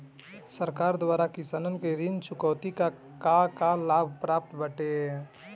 सरकार द्वारा किसानन के ऋण चुकौती में का का लाभ प्राप्त बाटे?